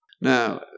Now